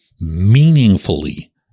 meaningfully